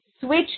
switch